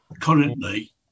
currently